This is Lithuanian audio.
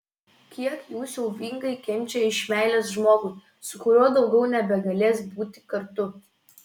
kiek jų siaubingai kenčia iš meilės žmogui su kuriuo daugiau nebegalės būti kartu